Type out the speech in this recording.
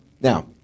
Now